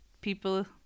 people